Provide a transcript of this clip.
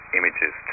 images